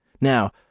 Now